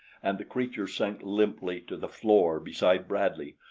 and the creature sank limply to the floor beside bradley,